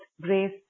grace